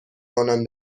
آنان